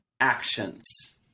actions